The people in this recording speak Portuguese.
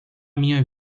minha